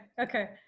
okay